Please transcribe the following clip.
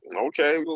Okay